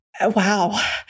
Wow